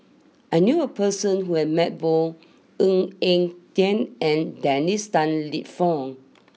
I knew a person who has met both Ng Eng Teng and Dennis Tan Lip Fong